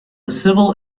civil